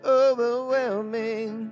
overwhelming